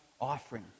offering